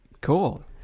Cool